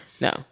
no